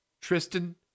Tristan